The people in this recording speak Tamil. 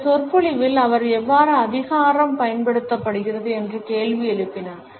இந்த சொற்பொழிவில் அவர் எவ்வாறு அதிகாரம் பயன்படுத்தப்படுகிறது என்று கேள்வி எழுப்பினார்